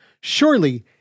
surely